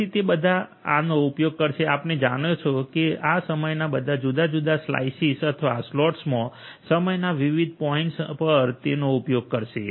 તેથી તે બધા આનો ઉપયોગ કરશે આપણે જાણો છો કે તે બધા સમયના જુદા જુદા સ્લાયસિસ અથવા સ્લોટ્સમાં સમયના વિવિધ પોઇન્ટ પર તેનો ઉપયોગ કરશે